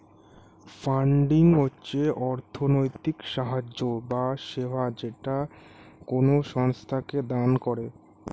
funding হচ্ছে অর্থনৈতিক সাহায্য বা সেবা যেটা কোনো সংস্থাকে দান করে